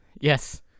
Yes